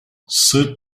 sırp